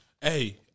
Hey